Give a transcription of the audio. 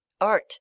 art